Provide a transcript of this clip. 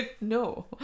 No